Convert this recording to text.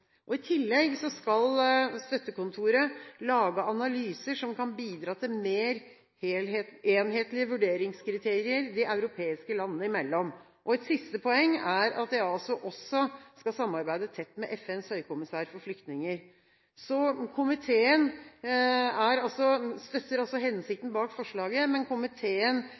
landinformasjonen. I tillegg skal støttekontoret lage analyser som kan bidra til mer enhetlige vurderingskriterier de europeiske landene imellom. Et siste poeng er at EASO også skal samarbeide tett med FNs høykommissær for flyktninger. Komiteen støtter altså hensikten bak forslaget, men